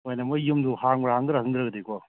ꯍꯣꯏꯅꯦ ꯃꯣꯏ ꯌꯨꯝꯗꯣ ꯍꯥꯡꯕ꯭ꯔ ꯍꯪꯗꯕ꯭ꯔ ꯍꯪꯗꯕ꯭ꯔꯥ ꯍꯪꯗ꯭ꯔꯗꯤꯀꯣ